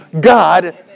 God